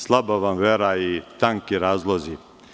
Slaba vam vera i tanki razlozi.